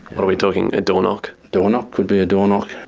are we talking a door-knock? door-knock, could be a door-knock,